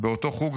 באותו חוג